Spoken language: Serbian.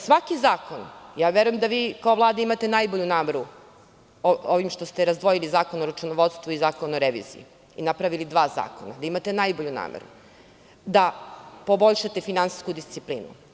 Svaki zakon, verujem da vi kao Vlada imate najbolju nameru ovim što ste razdvojili Zakon o računovodstvu i Zakon o reviziji i napravili dva zakona, da imate najbolju nameru da poboljšate finansijsku disciplini.